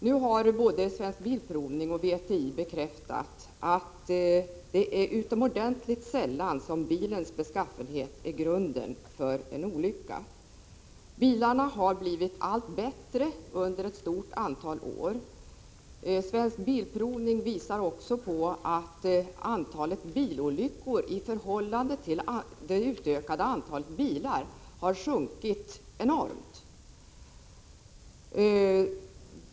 Nu har både Svensk Bilprovning och VTI bekräftat att det är utomordentligt sällan som bilens beskaffenhet är grunden för en olycka. Bilarna har blivit allt bättre under ett stort antal år. Svensk Bilprovning visar också på att antalet bilolyckor i förhållande till det utökade antalet bilar har sjunkit enormt.